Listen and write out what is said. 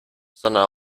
sondern